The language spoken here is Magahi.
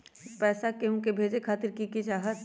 पैसा के हु के भेजे खातीर की की चाहत?